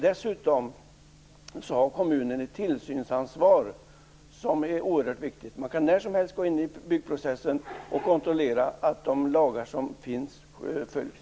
Dessutom har kommunen ett tillsynsansvar som är oerhört viktigt. Man kan när som helst gå in i byggprocessen och kontrollera att de lagar som finns följs.